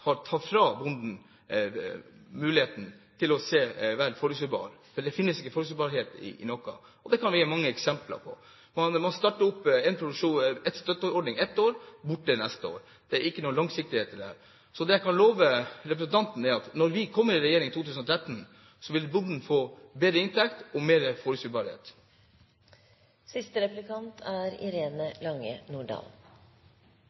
har tatt fra bonden muligheten til å være forutsigbar. Det finnes ikke forutsigbarhet. Det kan vi gi mange eksempler på. Man starter opp én støtteordning ett år – borte neste år. Det er ikke noen langsiktighet i dette. Det jeg kan love representanten, er at når vi kommer i regjering i 2013, vil bonden få bedre inntekt og mer